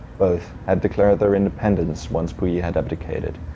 both had declared their independence once puyi had abdicated.